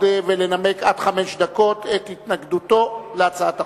ולנמק עד חמש דקות את התנגדותו להצעת החוק.